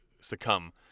succumb